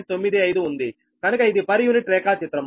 కనుక ఇది per unit రేఖా చిత్రము